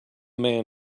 man